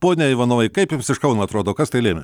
pone ivanovai kaip jums iš kauno atrodo kas tai lėmė